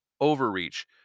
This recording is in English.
overreach